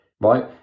right